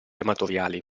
amatoriali